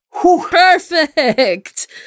Perfect